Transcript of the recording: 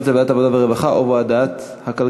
את זה לוועדת העבודה והרווחה או לוועדת הכלכלה,